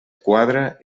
quadre